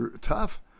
tough